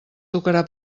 tocarà